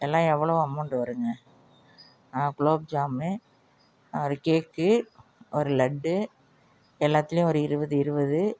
எல்லாம் எவ்வளோ அமௌண்ட் வருங்க ஆ குலோப்ஜாம் ஒரு கேக் ஒரு லட்டு எல்லாத்திலையும் ஒரு இருபது இருபது